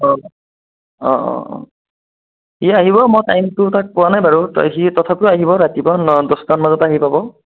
অঁ অঁ অঁ ই আহিব মই টাইমটো তাক কোৱা নাই বাৰু ত সি তথাপিও আহিব ৰাতিপুৱা ন দহটা মান বজাত আহি পাব